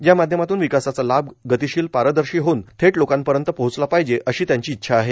या माध्यमातून विकासाचा लाभ गतिशील पारदर्शी होऊन थेट लोकांपर्यंत पोहोचला पाहिजे अशी त्यांची इच्छा आहे